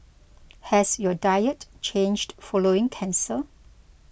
has your diet changed following cancer